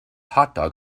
hotdog